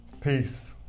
Peace